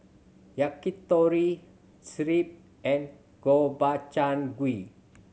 Yakitori Crepe and Gobchang Gui